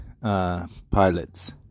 pilots